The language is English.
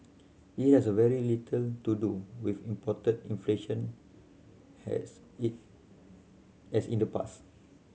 it has very little to do with imported inflation has in as in the past